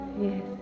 yes